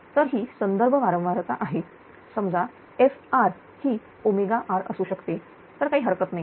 तर ही संदर्भ वारंवारता आहे समजा frही rअसू शकते तरी काही हरकत नाही